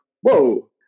whoa